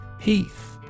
Heath